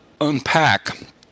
unpack